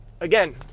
again